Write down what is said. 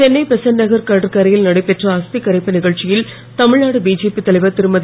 சென்னை பெசண்ட் நகர் கடற்கரையில் நடைபெற்ற அஸ்தி கரைப்பு நிகழ்ச்சியில் தமிழ்நாடு பிஜேபி தலைவர் திருமதி